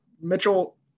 Mitchell